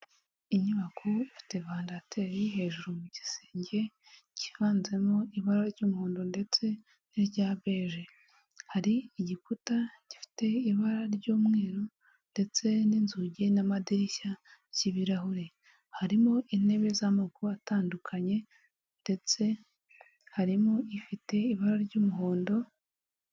Inyubako ifite vandarateri hejuru mu gisenge, kivanzemo ibara ry'umuhondo ndetse n'irya beje, hari igikuta gifite ibara ry'umweru ndetse n'inzugi n'amadirishya by'ibirahure, harimo intebe z'amaguru atandukanye, ndetse harimo ifite ibara ry'umuhondo.